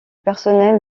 personnel